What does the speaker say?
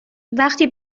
وقتی